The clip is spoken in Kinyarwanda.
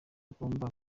agomba